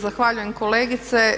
Zahvaljujem kolegice.